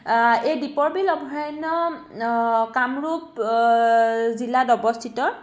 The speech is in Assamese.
এই দীপৰ বিল অভয়াৰণ্য কামৰূপ জিলাত অৱস্থিত